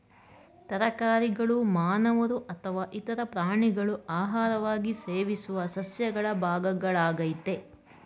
ತರಕಾರಿಗಳು ಮಾನವರು ಅಥವಾ ಇತರ ಪ್ರಾಣಿಗಳು ಆಹಾರವಾಗಿ ಸೇವಿಸುವ ಸಸ್ಯಗಳ ಭಾಗಗಳಾಗಯ್ತೆ